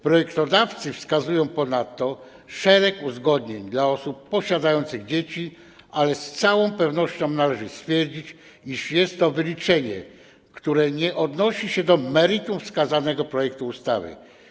Projektodawcy wskazują ponadto szereg udogodnień dla osób posiadających dzieci, ale z całą pewnością należy stwierdzić, iż jest to wyliczenie, które nie odnosi się do meritum wskazanego projektu ustawy.